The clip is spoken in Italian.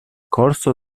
corso